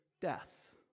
death